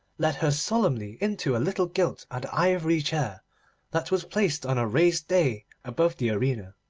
led her solemnly in to a little gilt and ivory chair that was placed on a raised dais above the arena.